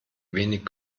wenig